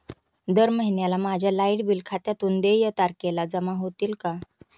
दर महिन्याला माझ्या लाइट बिल खात्यातून देय तारखेला जमा होतील का?